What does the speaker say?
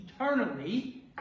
eternally